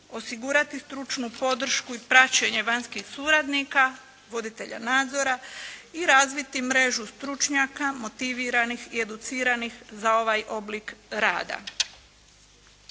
osigurati stručnu podršku i praćenje vanjskih suradnika, voditelja nadzora i razviti mrežu stručnjaka motiviranih i educiranih za ovaj oblik rada.